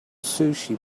sushi